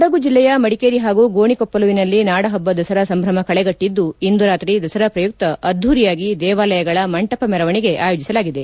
ಕೊಡಗು ಜಿಲ್ಲೆಯ ಮಡಿಕೇರಿ ಹಾಗೂ ಗೋಣಿಕೊಪ್ಪಲುವಿನಲ್ಲಿ ನಾಡ ಹಬ್ಬ ದಸರಾ ಸಂಭ್ರಮ ಕಳೆಗಟ್ಟಿದ್ದು ಇಂದು ರಾತ್ರಿ ದಸರಾ ಪ್ರಯುಕ್ತ ಅದ್ದೂರಿಯಾಗಿ ದೇವಾಲಯಗಳ ಮಂಟಪ ಮೆರವಣಿಗೆ ಆಯೋಜಿಸಲಾಗಿದೆ